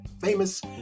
famous